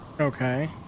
Okay